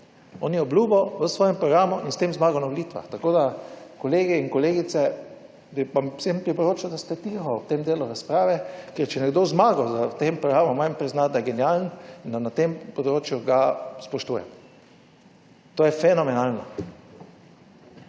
On je obljubil v svojem programu in s tem zmagal na volitvah, tako da kolegi in kolegice, bi pa vseeno priporočal, da ste tiho v tem delu razprave, ker če je nekdo zmagal s tem programom, moram priznati, da je genialen in da na tem področju ga spoštujem. To je fenomenalno.